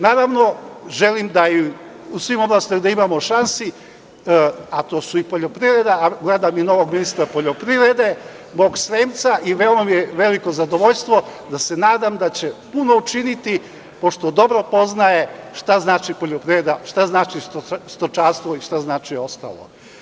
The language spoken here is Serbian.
Naravno, želim da joj u svim oblastima da imamo šansi, a to su i poljoprivreda, a gledam i novog ministra poljoprivrede, mog Sremca i veoma mi je veliko zadovoljstvo da se nadam da će puno učiniti pošto dobro poznaje šta znači poljoprivreda, šta znači stočarstvo i šta znači ostalo.